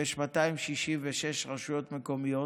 ויש 266 רשויות מקומיות.